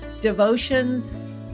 Devotions